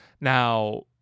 Now